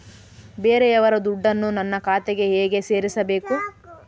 ಬೇರೆಯವರ ದುಡ್ಡನ್ನು ನನ್ನ ಖಾತೆಗೆ ಹೇಗೆ ಸೇರಿಸಬೇಕು?